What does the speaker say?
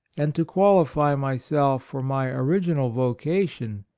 and to qualify myself for my original vo cation,